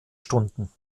stunden